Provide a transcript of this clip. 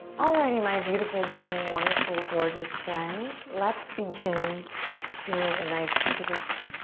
alrighty, my beautiful darling, wonderful, gorgeous friend. let's begin in a nice, comfortable seat.